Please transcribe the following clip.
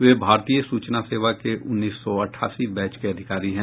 वे भारतीय सूचना सेवा के उन्नीस सौ अठासी बैच के अधिकारी हैं